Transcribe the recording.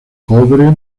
cobre